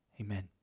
Amen